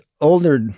older